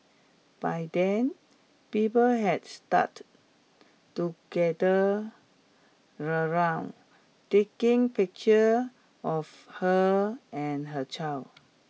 by then people had start to gather around taking pictures of her and her child